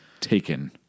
taken